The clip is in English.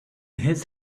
his